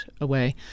away